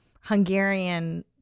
Hungarian